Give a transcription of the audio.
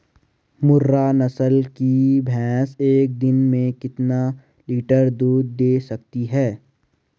मुर्रा नस्ल की भैंस एक दिन में कितना लीटर दूध दें सकती है?